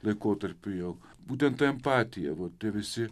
laikotarpiu jau būtent ta empatija vat tie visi